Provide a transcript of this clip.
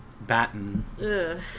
Batten